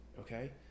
Okay